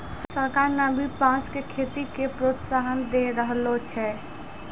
सरकार न भी बांस के खेती के प्रोत्साहन दै रहलो छै